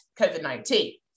COVID-19